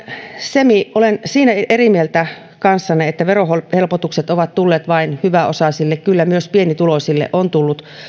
semi olen siinä eri mieltä kanssanne että verohelpotukset ovat tulleet vain hyväosaisille kyllä myös pienituloisille on tullut